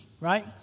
right